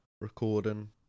recording